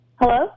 Hello